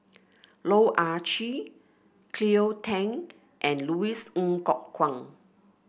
Loh Ah Chee Cleo Thang and Louis Ng Kok Kwang